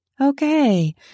Okay